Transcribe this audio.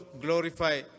glorify